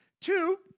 Two